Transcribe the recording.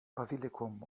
basilikum